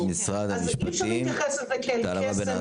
את משרד המשפטים --- אי אפשר להתייחס לזה כאל קסם,